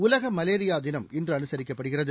உலக மலேரியா தினம் இன்று அனுசரிக்கப்படுகிறது